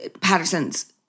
Patterson's